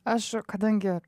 aš kadangi